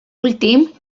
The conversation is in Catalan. últim